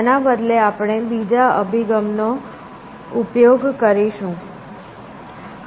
તેના બદલે આપણે બીજા અભિગમનો ઉપયોગ કરીશું